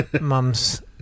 mum's